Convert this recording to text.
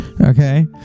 okay